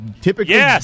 typically